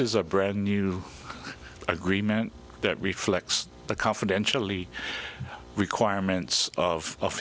disses a brand new agreement that reflects the confidentially requirements of